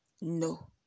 no